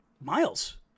miles